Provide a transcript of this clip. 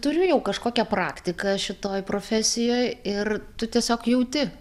turiu jau kažkokią praktiką šitoj profesijoj ir tu tiesiog jauti